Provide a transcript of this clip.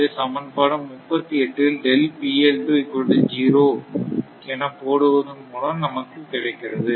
இது சமன்பாடு 38 இல் என போடுவதன் மூலம் நமக்கு கிடைக்கிறது